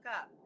up